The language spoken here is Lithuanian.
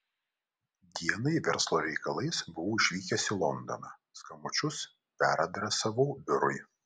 dienai verslo reikalais buvau išvykęs į londoną skambučius peradresavau biurui